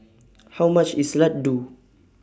How much IS Laddu